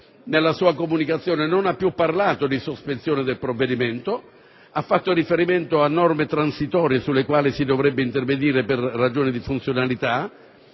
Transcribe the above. nella sua comunicazione non ha più parlato di sospensione del provvedimento, ma ha fatto riferimento a norme transitorie sulle quali si dovrebbe intervenire per ragioni di funzionalità.